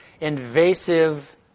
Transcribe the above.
invasive